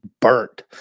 burnt